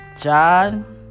John